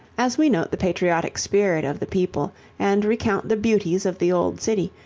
as we note the patriotic spirit of the people and recount the beauties of the old city,